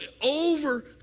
over